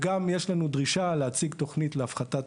וגם יש לנו דרישה להציג תוכנית להפחתת